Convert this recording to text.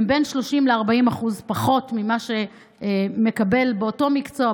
בין 30% ל-40% פחות ממה שמקבל באותו מקצוע,